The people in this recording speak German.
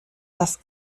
das